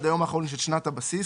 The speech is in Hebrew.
עד היום האחרון של שנת" הבסיס,